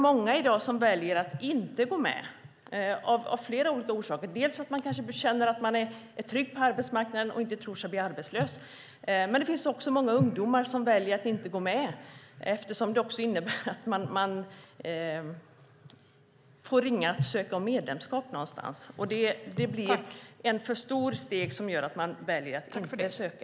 Många väljer i dag att inte gå med, dels för att de känner sig trygga på arbetsmarknaden och inte tror sig bli arbetslösa, dels för att många ungdomar väljer att inte gå med eftersom det innebär att söka medlemskap någonstans. Det blir ett för stort steg som gör att de väljer att inte söka.